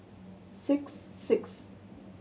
six six